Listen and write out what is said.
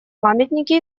памятники